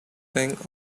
bank